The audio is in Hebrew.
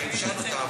אני מתנצלת.